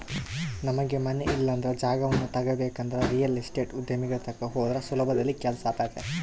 ನಮಗೆ ಮನೆ ಇಲ್ಲಂದ್ರ ಜಾಗವನ್ನ ತಗಬೇಕಂದ್ರ ರಿಯಲ್ ಎಸ್ಟೇಟ್ ಉದ್ಯಮಿಗಳ ತಕ ಹೋದ್ರ ಸುಲಭದಲ್ಲಿ ಕೆಲ್ಸಾತತೆ